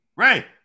Ray